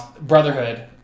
Brotherhood